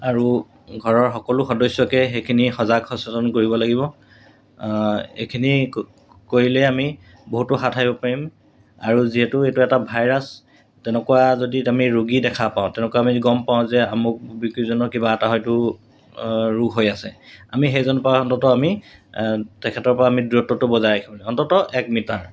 আৰু ঘৰৰ সকলো সদস্যকে সেইখিনি সজাগ সচেতন কৰিব লাগিব এইখিনি কৰিলে আমি বহুতো হাত সাৰিব পাৰিম আৰু যিহেতু এইটো এটা ভাইৰাছ তেনেকুৱা যদি আমি ৰোগী দেখা পাওঁ তেনেকুৱা আমি গম পাওঁ যে আমুক বিক্ৰীজনৰ কিবা এটা হয়তো ৰোগ হৈ আছে আমি সেইজনৰপৰা অন্ততঃ আমি তেখেতৰপৰা আমি দূৰত্বটো বজাই ৰাখিব অন্ততঃ এক মিটাৰ